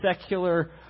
secular